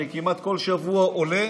אני כמעט כל שבוע עולה